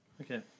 Okay